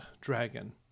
dragon